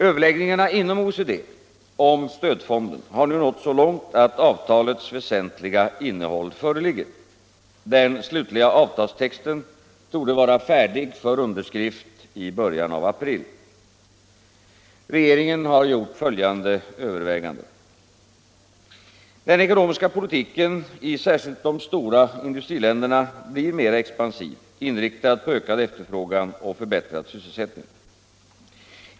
Överläggningarna inom OECD om stödfonden har nu nått så långt att avtalets väsentliga innehåll föreligger. Den slutliga avtalstexten torde vara färdig för underskrift i början av april. Regeringen har gjort följande överväganden. Den ekonomiska politiken i särskilt de stora industriländerna blir mera expansiv, inriktad på ökad efterfrågan och förbättrad sysselsättning.